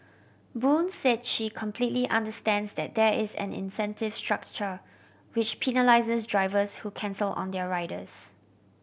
Boon said she completely understands that there is an incentive structure which penalises drivers who cancel on their riders